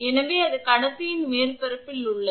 எனவே அது கடத்தியின் மேற்பரப்பில் உள்ளது